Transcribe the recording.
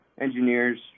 engineers